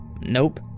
nope